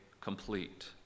complete